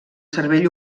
cervell